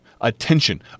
attention